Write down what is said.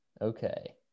Okay